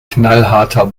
knallharter